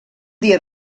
dia